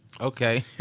Okay